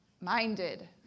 minded